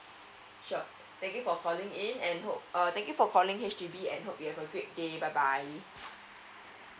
sure thank you for calling in and hope uh thank you for calling H_D_B and hope you have a great day bye bye